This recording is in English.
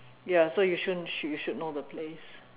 ya so you should you should know the place